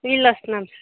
వీళ్ళు వస్తున్నాం